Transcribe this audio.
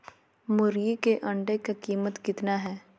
मुर्गी के अंडे का कीमत कितना है?